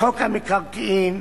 חוק המקרקעין,